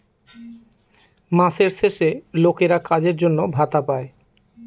মাসের শেষে লোকেরা কাজের জন্য ভাতা পাই